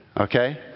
Okay